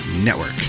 Network